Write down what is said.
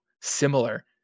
similar